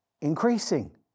increasing